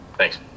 Thanks